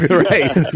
right